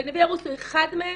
ונווה האירוס הוא אחד מהם,